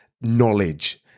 knowledge